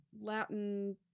Latin